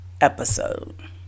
episode